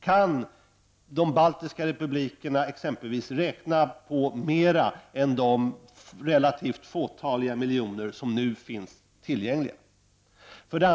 Kan de baltiska republikerna räkna på att få mer än de relativt fåtaliga miljoner som nu finns tillgängliga?